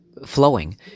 flowing